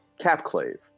Capclave